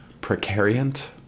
Precariant